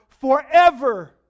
forever